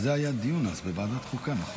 על זה היה דיון אז בוועדת חוקה, נכון?